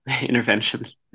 interventions